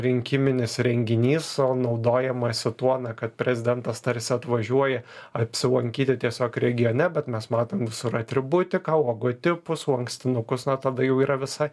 rinkiminis renginys o naudojamasi tuo na kad prezidentas tarsi atvažiuoja apsilankyti tiesiog regione bet mes matom visur atributiką logotipus lankstinukus na tada jau yra visai